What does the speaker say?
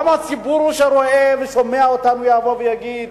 גם הציבור שרואה ושומע אותנו יבוא ויגיד: